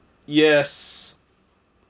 yes